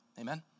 Amen